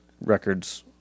records